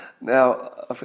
Now